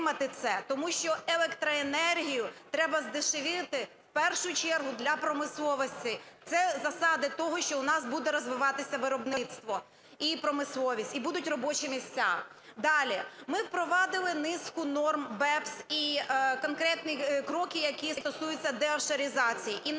тому що електроенергію треба здешевити в першу чергу для промисловості. Це засади того, що у нас буде розвиватися виробництво і промисловість, і будуть робочі місця. Далі. Ми впровадили низку норм BEPS і конкретні кроки, які стосуються деофшоризації. І наміри